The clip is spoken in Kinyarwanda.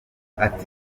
ati